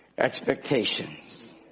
Expectations